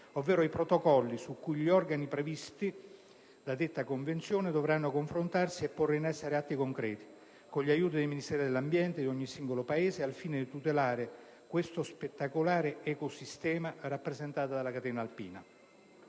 ovvero i Protocolli su cui gli organi previsti dalla suddetta Convenzione dovranno confrontarsi e porre in essere atti concreti, con gli aiuti dei Ministeri dell'ambiente di ogni singolo Paese, al fine di tutelare lo spettacolare ecosistema rappresentato dalla catena alpina.